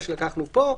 מה שלקחנו פה,